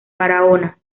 barahona